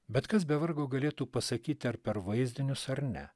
bet kas be vargo galėtų pasakyti ar per vaizdinius ar ne